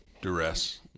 duress